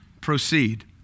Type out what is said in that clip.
proceed